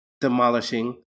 demolishing